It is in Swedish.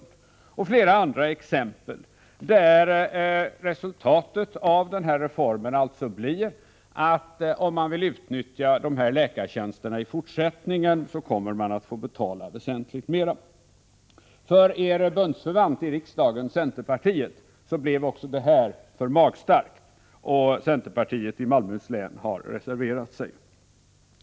Det finns flera andra exempel, där resultatet av reformen alltså blivit att om man vill utnyttja dessa läkartjänster i fortsättningen, får man betala väsentligt mera. För er bundsförvant i riksdagen, centerpartiet, blev det här för magstarkt. Centerpartiet i Malmöhus län har reserverat sig.